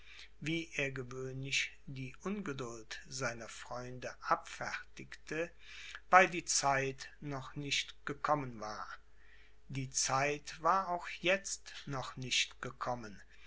wie er gewöhnlich die ungeduld seiner freunde abfertigte weil die zeit noch nicht gekommen war die zeit war auch jetzt noch nicht gekommen